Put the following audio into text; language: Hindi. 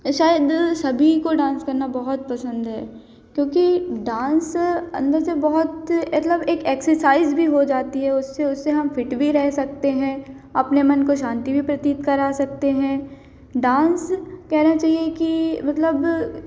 शायद सभी को डांस करना बहुत पसंद है क्योंकि डांस अन्दर से बहुत एतलब एकसेसाइज हो जाती है उससे उससे हम फिट भी रह सकते हैं अपने मन को शांति भी प्रतीत करा सकते हैं डांस कहना चाहिए कि मतलब